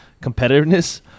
competitiveness